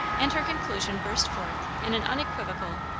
and her conclusion burst forth in an unequivocal,